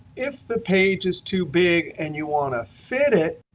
if the page is too big and you want to fit it,